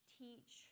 teach